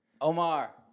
Omar